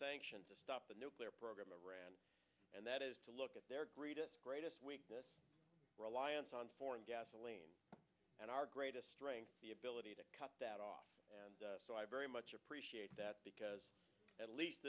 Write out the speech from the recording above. sanctions to stop a nuclear program iran and that is to look at their greatest greatest weakness reliance on foreign gasoline and our greatest strength the ability to cut that off and so i very much appreciate that because at least